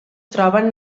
troben